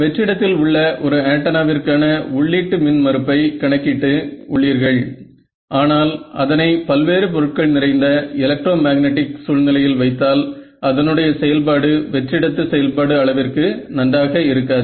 வெற்றிடத்தில் உள்ள ஒரு ஆன்டனா விற்கான உள்ளீட்டு மின் மறுப்பை கணக்கிட்டு உள்ளீர்கள் ஆனால் அதனை பல்வேறு பொருட்கள் நிறைந்த எலக்ட்ரோ மேக்னடிக் சூழ்நிலையில் வைத்தால் அதனுடைய செயல்பாடு வெற்றிடத்து செயல்பாடு அளவிற்கு நன்றாக இருக்காது